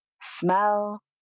smell